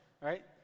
right